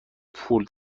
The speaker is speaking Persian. پول